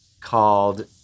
Called